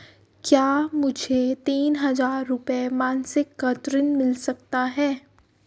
क्या मुझे तीन हज़ार रूपये मासिक का ऋण मिल सकता है?